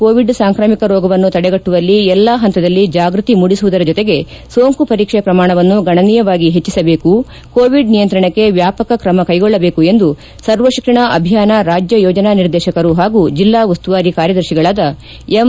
Covid ಸಾಂಕ್ರಾಮಿಕ ರೋಗವನ್ನು ತಡೆಗಟ್ಟುವಲ್ಲಿ ಎಲ್ಲ ಹಂತದಲ್ಲಿ ಜಾಗೃತಿ ಮೂಡಿಸುವುದರ ಜೊತೆಗೆ ಸೋಂಕು ಪರೀಕ್ಷೆ ಪ್ರಮಾಣವನ್ನು ಗಣನೀಯವಾಗಿ ಹೆಚ್ಚಿಸಬೇಕು ಕೋವಿಡ್ ನಿಯಂತ್ರಣಕ್ಕೆ ವ್ಯಾಪಕ ಕ್ರಮಕ್ಟೆಗೊಳ್ಟಬೇಕು ಎಂದು ಸರ್ವತಿಕ್ಷಣ ಅಭಿಯಾನ ರಾಜ್ಯ ಯೋಜನಾ ನಿರ್ದೇಶಕರು ಹಾಗೂ ಜಿಲ್ಲಾ ಉಸ್ತುವಾರಿ ಕಾರ್ಯದರ್ತಿಗಳಾದ ಎಂ